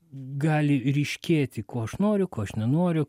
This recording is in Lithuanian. gali ryškėti ko aš noriu ko aš nenoriu